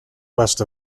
west